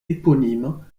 éponyme